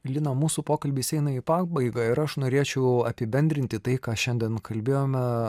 lina mūsų pokalbis eina į pabaigą ir aš norėčiau apibendrinti tai ką šiandien kalbėjome